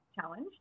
challenge